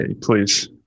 please